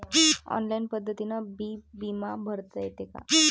Online पद्धतीनं बी बिमा भरता येते का?